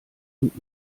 und